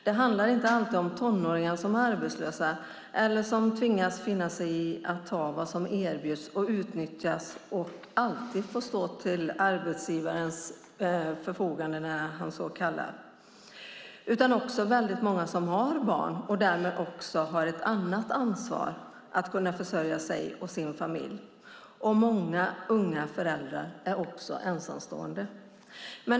Det handlar inte alltid om tonåringar som är arbetslösa eller tvingas finna sig i att ta vad som erbjuds, utnyttjas och måste stå till arbetsgivarens förfogande när han kallar; det handlar också om många som har barn och därmed också ett annat ansvar att kunna försörja sig och sin familj. Många unga föräldrar är också ensamstående.